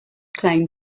claim